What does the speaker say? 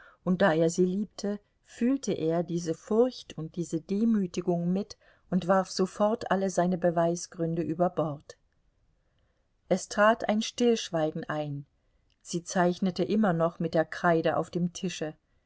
und da er sie liebte fühlte er diese furcht und diese demütigung mit und warf sofort alle seine beweisgründe über bord es trat ein stillschweigen ein sie zeichnete immer noch mit der kreide auf dem tische